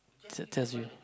is a test you